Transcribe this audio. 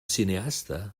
cineasta